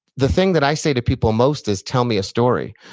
the thing that i say to people most is, tell me a story.